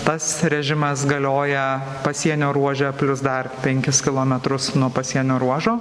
tas režimas galioja pasienio ruože plius dar penkis kilometrus nuo pasienio ruožo